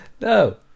No